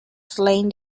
slain